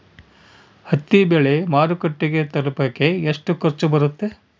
ಹತ್ತಿ ಬೆಳೆ ಮಾರುಕಟ್ಟೆಗೆ ತಲುಪಕೆ ಎಷ್ಟು ಖರ್ಚು ಬರುತ್ತೆ?